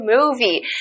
movie